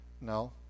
no